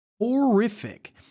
horrific